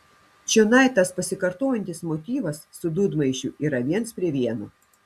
čionai tas pasikartojantis motyvas su dūdmaišiu yra viens prie vieno